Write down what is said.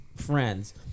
Friends